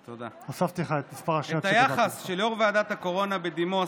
את היחס של יו"ר ועדת הקורונה בדימוס,